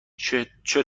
چطور